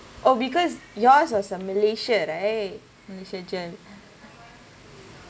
oh because yours was on malaysia right malaysia